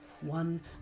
One